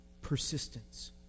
persistence